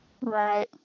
Right